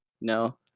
No